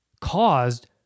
caused